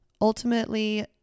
Ultimately